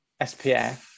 SPF